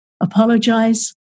apologize